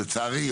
לצערי,